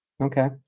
Okay